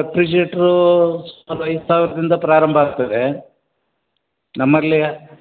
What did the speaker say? refrigerator ಒಂದು ಐದು ಸಾವಿರದಿಂದ ಪ್ರಾರಂಭ ಆಗ್ತದೆ ನಮ್ಮಲ್ಲಿ